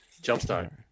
Jumpstart